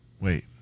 Wait